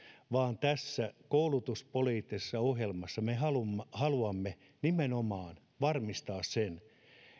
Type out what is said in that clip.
vaan tässä koulutuspoliittisessa ohjelmassa me haluamme haluamme nimenomaan varmistaa sen